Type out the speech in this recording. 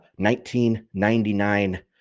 1999